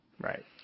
Right